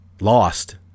lost